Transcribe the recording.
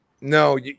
no